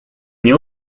nie